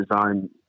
design